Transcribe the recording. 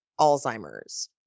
Alzheimer's